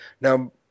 now